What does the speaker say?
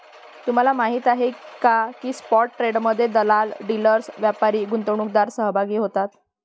तुम्हाला माहीत आहे का की स्पॉट ट्रेडमध्ये दलाल, डीलर्स, व्यापारी, गुंतवणूकदार सहभागी होतात